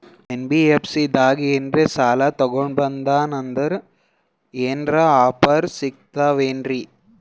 NBFC ದಾಗ ಏನ್ರ ಸಾಲ ತೊಗೊಂಡ್ನಂದರ ಏನರ ಆಫರ್ ಸಿಗ್ತಾವೇನ್ರಿ?